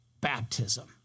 baptism